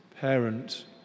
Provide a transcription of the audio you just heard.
parent